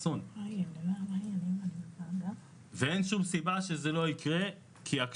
אין שום סיבה שזה לא יקרה גם במקרים כמו אלו שנדונים כאן.